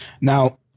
Now